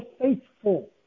faithful